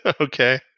Okay